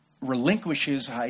relinquishes